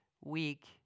week